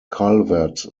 calvert